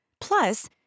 Plus